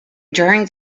during